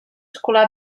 escolar